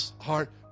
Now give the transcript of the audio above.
heart